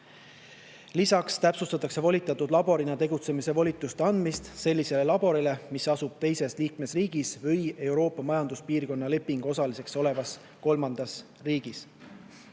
Täpsustatakse volitatud laborina tegutsemise volituste andmist sellisele laborile, mis asub teises liikmesriigis või Euroopa Majanduspiirkonna lepinguosaliseks olevas kolmandas riigis.